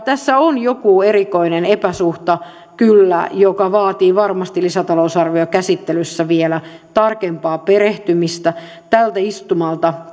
tässä on joku erikoinen epäsuhta kyllä joka vaatii varmasti lisätalousarvion käsittelyssä vielä tarkempaa perehtymistä tältä istumalta